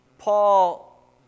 Paul